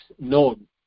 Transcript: known